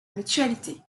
mutualité